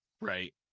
Right